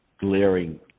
glaring